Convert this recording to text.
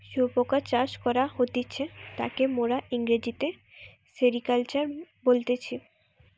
শুয়োপোকা চাষ করা হতিছে তাকে মোরা ইংরেজিতে সেরিকালচার বলতেছি